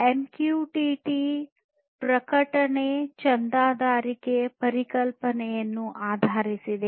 MQTT ಪ್ರಕಟಣೆ ಚಂದಾದಾರಿಕೆ ಪರಿಕಲ್ಪನೆಯನ್ನು ಆಧರಿಸಿದೆ